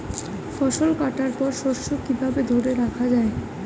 ফসল কাটার পর শস্য কিভাবে ধরে রাখা য়ায়?